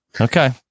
Okay